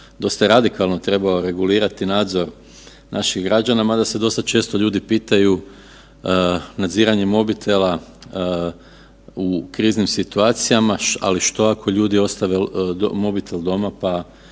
dosta radikalno trebao regulirati nadzor naših građana, mada se dosta često ljudi pitaju, nadziranje mobitela u kriznim situacijama, ali što ako ljudi ostave mobitel doma pa